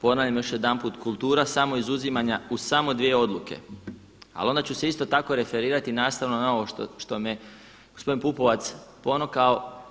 Ponavljam još jedanput, kultura samoizuzimanja u samo dvije odluke, ali onda ću se isto tako referirati nastavno na ovo što me gospodin Pupovac ponukao.